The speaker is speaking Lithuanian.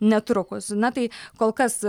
netrukus na tai kol kas